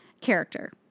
character